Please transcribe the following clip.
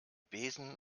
besen